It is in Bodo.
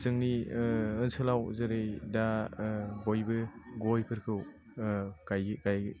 जोंनि ओनसोलआव जेरै दा बयबो गयफोरखौ गायो गायो